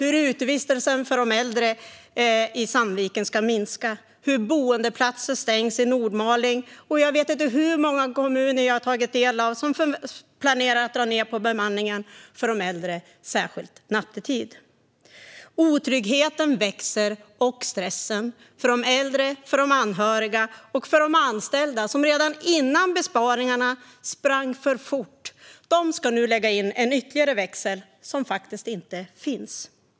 Utevistelsen för de äldre i Sandviken ska minska, boendeplatser stängs i Nordmaling och jag vet inte hur många kommuner jag läst om som planerar att dra ned på bemanningen för de äldre, särskilt nattetid. Otryggheten växer och stressen likaså - för de äldre, för de anhöriga och för de anställda, som redan före besparingarna sprang för fort. De ska nu lägga i en ytterligare växel, som faktiskt inte finns.